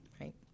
Right